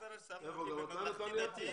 מספר 1958 כתוכנית משלימה ל'דרך חדשה'.